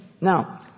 Now